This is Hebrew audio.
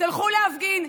תלכו להפגין,